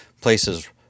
places